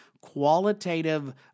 qualitative